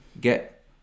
get